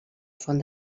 font